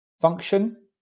function